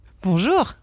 Bonjour